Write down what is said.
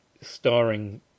starring